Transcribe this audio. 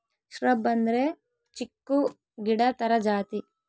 shrub ಅಂದ್ರೆ ಚಿಕ್ಕು ಗಿಡ ತರ ಜಾತಿ